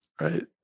Right